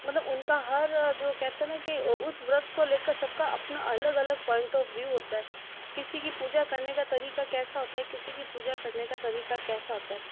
मतलब उनका हर जो कहते हैं ना कि उस व्रत को ले कर सब का अपना अलग अलग पॉइंट ऑफ व्यू होता है किसी का पूजा करने का तरीक़ा कैसा होता है किसी का पूजा करने का तरीक़ा कैसा होता है